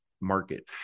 market